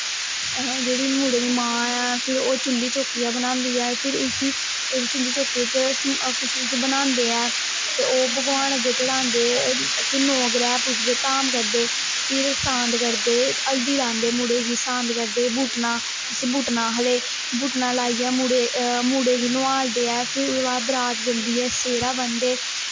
फिर जेह्ड़ी मुड़े दी मां ऐ फिर ओह् चुल्ही चौकियां बनांदी ऐ फिर उसी ओह्दा चुल्ही चौकियां च किश किश बनांदे ऐं ते ओह् भगवान अग्गैं चढ़ांदे फिर नौ ग्रैह् पूजदे धाम करदे फिर सांत करदे हल्दी लांदे मुड़े गी सांत करदे बुटना जिसी बुटना आखदे बुटना लाईयै मुड़े गी नोहालदे ऐं फिर ओह्दै बाद बरात जंदी सेह्रा ब'नदे